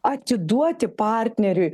atduoti partneriui